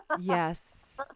yes